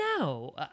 No